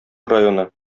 районы